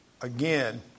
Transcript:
again